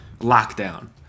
lockdown